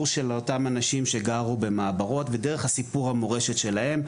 של אותם אנשים שגרו במעבורות ודרך הסיפור המורשת שלהם,